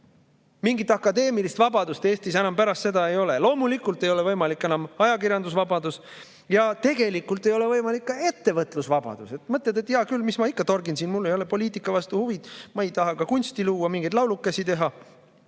Mingit akadeemilist vabadust Eestis pärast seda enam ei ole. Loomulikult ei ole võimalik enam ajakirjandusvabadus ja tegelikult ei ole võimalik ka ettevõtlusvabadus. Mõtled, et hea küll, mis ma ikka torgin siin, mul ei ole poliitika vastu huvi, ma ei taha ka kunsti luua, mingeid laulukesi teha,